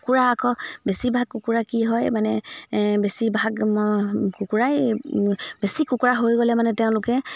কুকুৰা আকৌ বেছিভাগ কুকুৰা কি হয় মানে বেছিভাগ ম কুকুৰাই বেছি কুকুৰা হৈ গ'লে মানে তেওঁলোকে